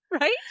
Right